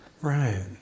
Right